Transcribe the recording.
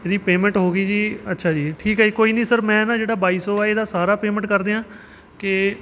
ਇਹਦੀ ਪੇਮੈਂਟ ਹੋ ਗਈ ਜੀ ਅੱਛਾ ਜੀ ਠੀਕ ਹੈ ਜੀ ਕੋਈ ਨਹੀਂ ਸਰ ਮੈਂ ਨਾ ਜਿਹੜਾ ਬਾਈ ਸੌ ਆ ਇਹਦਾ ਸਾਰਾ ਪੇਮੈਂਟ ਕਰ ਦਿਆਂ ਕਿ